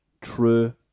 true